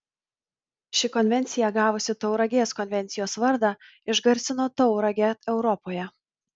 ši konvencija gavusi tauragės konvencijos vardą išgarsino tauragę europoje